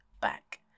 back